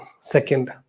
Second